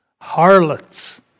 Harlots